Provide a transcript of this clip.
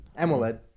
amoled